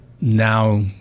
Now